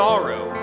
Sorrow